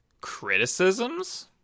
Criticisms